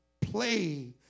play